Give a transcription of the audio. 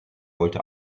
wollte